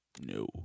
No